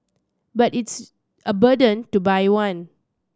but it's a burden to buy one